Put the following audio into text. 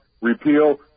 repeal